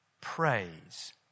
praise